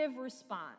response